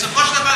בסופו של דבר,